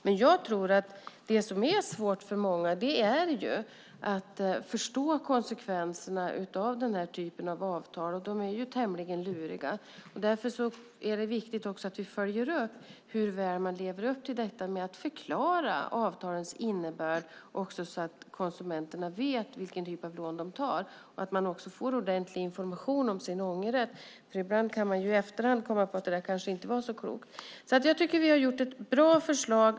Men jag tror att det som är svårt för många är att förstå konsekvenserna av denna typ av avtal som är tämligen luriga. Därför är det viktigt att vi följer upp hur väl man förklarar avtalens innebörd så att konsumenterna vet vilken typ av lån de tar och att de också får ordentlig information om sin ångerrätt. Ibland kan människor i efterhand komma på att detta kanske inte var så klokt. Jag tycker att vi har gjort ett bra förslag.